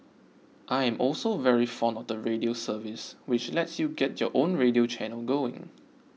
I am also very fond of the Radio service which lets you get your own radio channel going